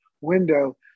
window